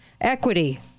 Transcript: equity